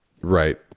Right